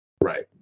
Right